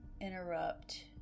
interrupt